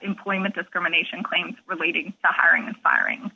employment discrimination claims relating to hiring and firing